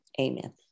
Amen